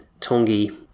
Tongi